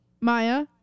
Maya